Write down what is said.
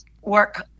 work